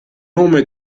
nome